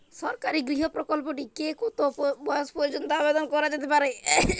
সরকারি গৃহ প্রকল্পটি তে কত বয়স পর্যন্ত আবেদন করা যেতে পারে?